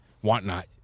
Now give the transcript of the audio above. whatnot